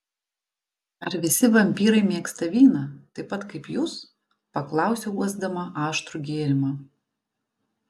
ar visi vampyrai mėgsta vyną taip pat kaip jūs paklausiau uosdama aštrų gėrimą